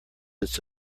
its